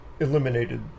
eliminated